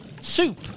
soup